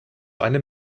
einem